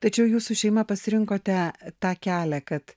tačiau jūsų šeima pasirinkote tą kelią kad